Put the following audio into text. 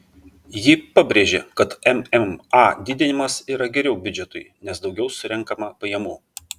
ji pabrėžė kad mma didinimas yra geriau biudžetui nes daugiau surenkama pajamų